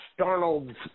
Darnold's